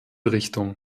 richtung